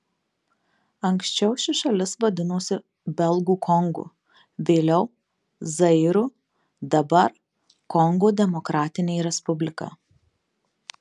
anksčiau ši šalis vadinosi belgų kongu vėliau zairu dabar kongo demokratinė respublika